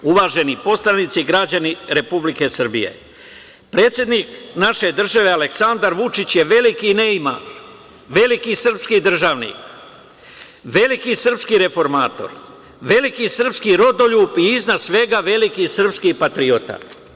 Uvaženi poslanici, građani Republike Srbije, predsednik naše države Aleksandar Vučić je veliki neimar, veliki srpski državnik, veliki srpski reformator, veliki srpski rodoljub i iznad svega veliki srpski patriota.